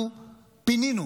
אנחנו פינינו